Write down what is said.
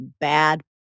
bad